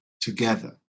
together